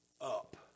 up